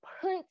put